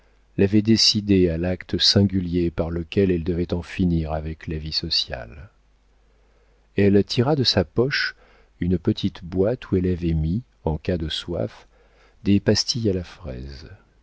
l'avait décidée à l'acte singulier par lequel elle devait en finir avec la vie sociale elle tira de sa poche une petite boîte où elle avait mis en cas de soif des pastilles à la fraise